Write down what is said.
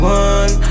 one